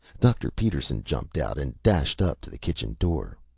dr. peterson jumped out and dashed up to the kitchen door.